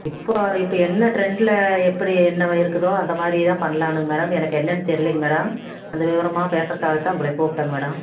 இப்போது இப்போ என்ன ட்ரெண்டில் எப்படி என்ன இருக்குதோ அந்த மாதிரியே தான் பண்ணலானுங்க மேடம் எனக்கு என்னென்னு தெரிலிங்க மேடம் அது விவரமாக பேசுறதுக்காகத்தான் உங்களை கூப்பிட்டேன் மேடம்